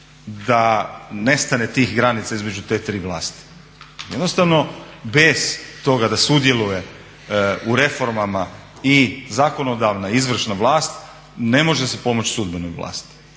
da nestane tih granica između te tri vlasti. Jednostavno bez toga da sudjeluje u reformama i zakonodavna, izvršna vlast ne može se pomoć sudbenoj vlasti,